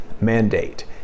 mandate